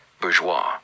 bourgeois